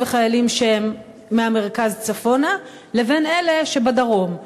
וחיילים שהם מהמרכז צפונה לבין אלה שבדרום.